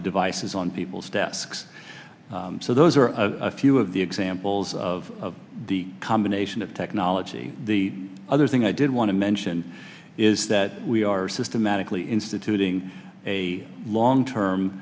the devices on people's desks so those are a few of the examples of the combination of technology the other thing i did want to mention is that we are systematically instituting a long term